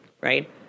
right